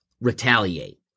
retaliate